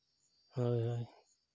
ᱦᱳᱭ ᱦᱳᱭ